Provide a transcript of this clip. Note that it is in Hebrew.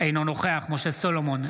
אינו נוכח משה סולומון,